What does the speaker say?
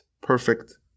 perfect